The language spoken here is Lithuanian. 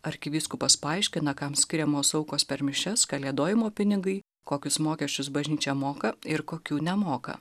arkivyskupas paaiškina kam skiriamos aukos per mišias kalėdojimo pinigai kokius mokesčius bažnyčia moka ir kokių nemoka